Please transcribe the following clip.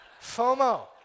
FOMO